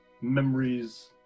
memories